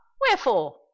wherefore